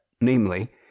namely